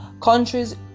Countries